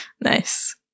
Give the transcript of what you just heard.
Nice